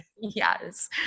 Yes